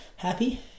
Happy